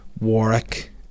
Warwick